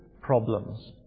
problems